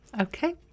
Okay